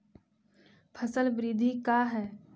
फसल वृद्धि का है?